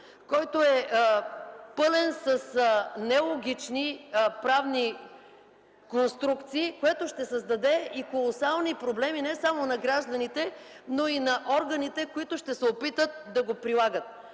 който е пълен с нелогични правни конструкции, което ще създаде колосални проблеми не само на гражданите, но и на органите, които ще се опитат да го прилагат.